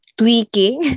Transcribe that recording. tweaking